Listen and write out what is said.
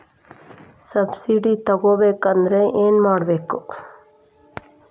Subsidy ತಗೊಬೇಕಾದರೆ ಏನು ಮಾಡಬೇಕು?